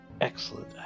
Excellent